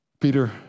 Peter